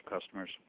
customers